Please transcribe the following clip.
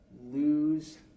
lose